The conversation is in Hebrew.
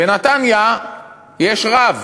בנתניה יש רב